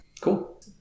Cool